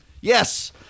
Yes